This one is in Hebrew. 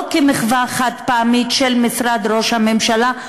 כמחווה חד-פעמית של משרד ראש הממשלה,